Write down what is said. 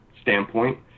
standpoint